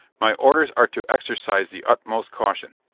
my orders are to exercise the utmost caution.